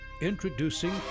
Introducing